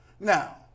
Now